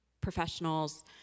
professionals